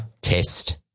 Test